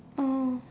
oh